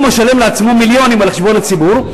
הוא משלם לעצמו מיליונים על חשבון הציבור.